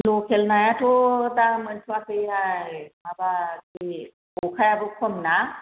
लकेल नायाथ' दा मोनथ'वाखैहाय माबा बे अखायाबो खम ना